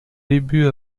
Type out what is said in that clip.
débuts